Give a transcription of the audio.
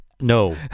no